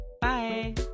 Bye